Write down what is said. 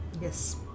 yes